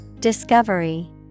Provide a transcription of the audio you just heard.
Discovery